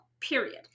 period